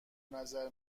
نظر